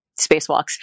spacewalks